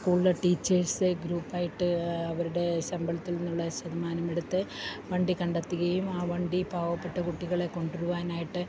സ്കൂളിലെ ടീച്ചേഴ്സ് ഗ്രൂപ്പായിട്ട് അവരുടെ ശമ്പളത്തിൽ നിന്നുള്ള ശതമാനമെടുത്ത് വണ്ടി കണ്ടെത്തുകയും ആ വണ്ടി പാവപ്പെട്ട കുട്ടികളെ കൊണ്ടുവരുവാനായിട്ട്